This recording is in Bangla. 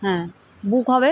হ্যাঁ বুক হবে